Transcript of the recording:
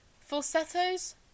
Falsettos